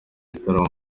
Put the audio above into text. igitaramo